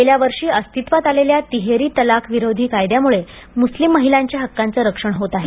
गेल्या वर्षी अस्तित्वात आलेल्या तिहेरी तलाख विरोधी कायद्यामुळे मुस्लिम महिलांच्या हक्काचं रक्षण होत आहे